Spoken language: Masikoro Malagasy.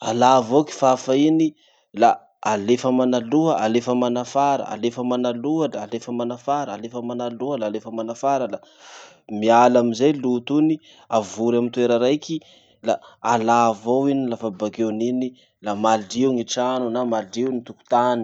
Alà avao kifafa iny, la alefa manaloha alefa manafara, alefa manaloha alefa manafara, alefa manaloha la alefa manafara, la miala amizay loto iny, avory amy toera raiky, la alà avao iny lafa bakeon'iny la malio ny trano na malio ny tokotany.